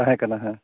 ᱛᱟᱦᱮᱸ ᱠᱟᱱᱟ ᱦᱮᱸ